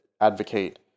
advocate